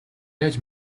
яаж